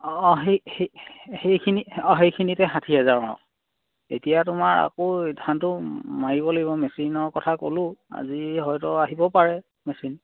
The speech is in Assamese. অঁ অঁ সেই সেই সেইখিনি অঁ সেইখিনিতে ষাঠি হাজাৰ অঁ এতিয়া তোমাৰ আকৌ ধানটো মাৰিব লাগিব মেচিনৰ কথা ক'লোঁ আজি হয়তো আহিবও পাৰে মেচিন